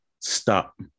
stop